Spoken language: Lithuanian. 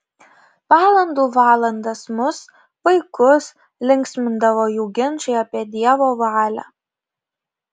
valandų valandas mus vaikus linksmindavo jų ginčai apie dievo valią